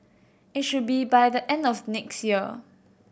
it should be by the end of next year